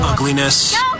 Ugliness